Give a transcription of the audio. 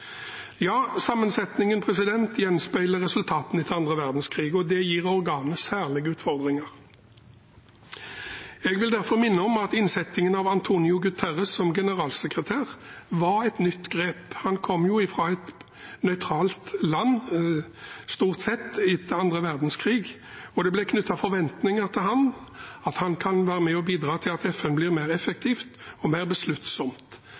Ja, sammensetningen gjenspeiler resultatene etter annen verdenskrig, og det gir organet særlige utfordringer. Jeg vil derfor minne om at innsettingen av António Guterres som generalsekretær var et nytt grep. Han kom fra et stort sett nøytralt land etter annen verdenskrig, og det ble knyttet forventninger til ham om at han kunne være med og bidra til at FN ble mer effektiv og mer